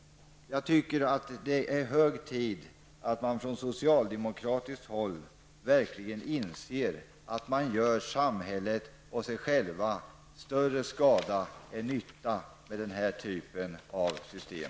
Jag tycker att det är hög tid att man från socialdemokratiskt håll verkligen inser att man gör samhället och sig själva större skada än nytta med den här typen av system.